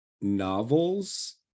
novels